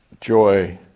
joy